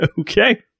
okay